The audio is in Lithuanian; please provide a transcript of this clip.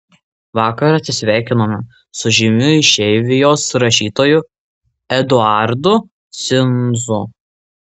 vakar atsisveikinome su žymiu išeivijos rašytoju eduardu cinzu